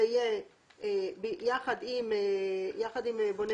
זה יהיה ביחד עם בונה